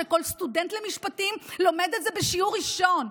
כל סטודנט למשפטים לומד את זה בשיעור ראשון.